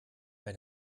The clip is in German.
bei